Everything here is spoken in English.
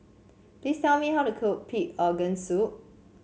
please tell me how to cook Pig Organ Soup